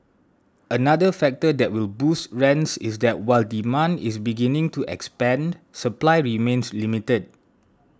another factor that will boost rents is that while demand is beginning to expand supply remains limited